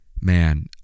Man